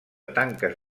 tanques